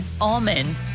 almond